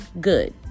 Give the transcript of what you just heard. good